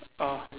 orh